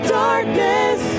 darkness